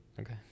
Okay